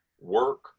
work